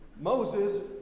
Moses